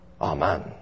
Amen